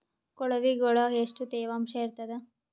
ಕೊಳವಿಗೊಳ ಎಷ್ಟು ತೇವಾಂಶ ಇರ್ತಾದ?